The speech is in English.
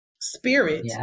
spirit